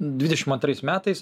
dvidešimt antrais metais